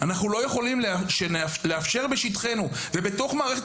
אנחנו לא יכולים בשטחנו ובתוך מערכת